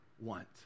want